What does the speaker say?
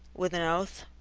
with an oath.